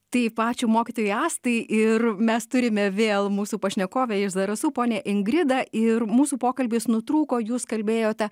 taip ačiū mokytojai astai ir mes turime vėl mūsų pašnekovę iš zarasų ponią ingridą ir mūsų pokalbis nutrūko jūs kalbėjote